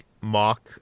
mock